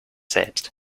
selbst